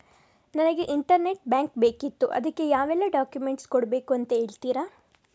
ನನಗೆ internet bank ಬೇಕಿತ್ತು ಅದಕ್ಕೆ ಯಾವೆಲ್ಲಾ ಡಾಕ್ಯುಮೆಂಟ್ಸ್ ಕೊಡ್ಬೇಕು ಅಂತ ಹೇಳ್ತಿರಾ?